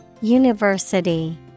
University